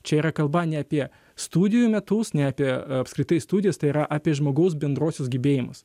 čia yra kalba ne apie studijų metus ne apie apskritai studijas tai yra apie žmogaus bendruosius gebėjimus